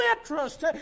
interest